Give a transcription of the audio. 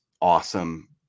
awesome